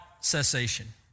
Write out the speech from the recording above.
cessation